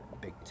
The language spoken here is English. big